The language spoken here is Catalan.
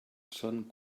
són